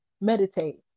meditate